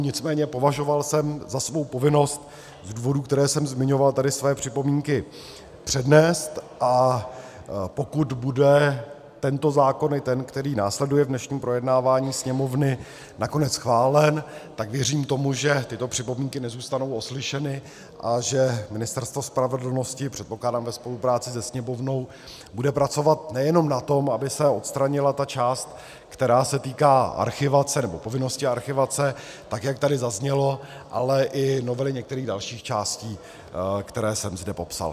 Nicméně považoval jsem za svou povinnost z důvodů, které jsem zmiňoval, tady své připomínky přednést, a pokud bude tento zákon i ten, který následuje v dnešním projednávání Sněmovny, nakonec schválen, tak věřím tomu, že tyto připomínky nezůstanou oslyšeny a že Ministerstvo spravedlnosti, předpokládám ve spolupráci se Sněmovnou, bude pracovat nejenom na tom, aby se odstranila ta část, která se týká povinnosti archivace, tak jak tady zaznělo, ale i novely některých dalších částí, které jsem zde popsal.